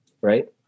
Right